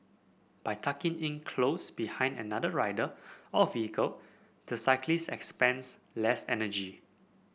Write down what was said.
by tucking in close behind another rider or vehicle the cyclist expends less energy